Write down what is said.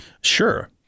Sure